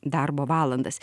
darbo valandas